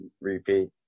repeat